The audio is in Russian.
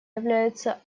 являются